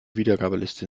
wiedergabeliste